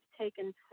taken